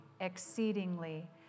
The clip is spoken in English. exceedingly